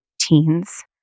teens